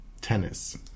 tennis